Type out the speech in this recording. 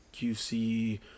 QC